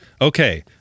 Okay